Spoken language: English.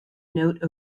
note